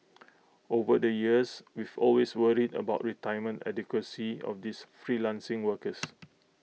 over the years we've always worried about retirement adequacy of these freelancing workers